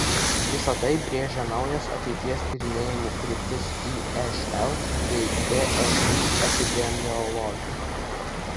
visa tai brėžia naujas ateities tyrinėjimų kryptis išl bei gsi epidemiologijoje